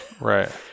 Right